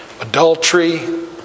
Adultery